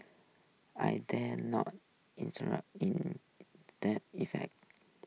I dare not in dead effect